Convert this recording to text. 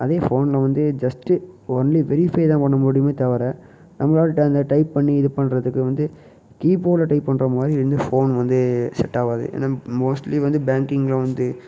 அதே ஃபோன்ல வந்து ஜஸ்ட்டு ஒன்லி பில் பே தான் பண்ண முடியுமே தவிர நம்மளால அந்த டைப் பண்ணி இது பண்ணுறதுக்கு வந்து கீபோர்டில் டைப் பண்ணுற மாதிரி எந்த ஃபோன் வந்து செட்டாகாது ஏன்னா மோஸ்ட்லி வந்து பேங்கிக்கிங்ல வந்து